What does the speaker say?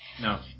No